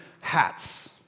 hats